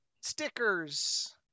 stickers